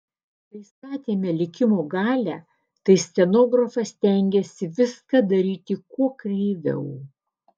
kai statėme likimo galią tai scenografas stengėsi viską daryti kuo kreiviau